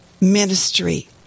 ministry